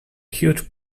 huge